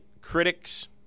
critics